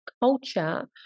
culture